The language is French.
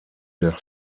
leur